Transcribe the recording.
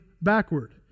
backward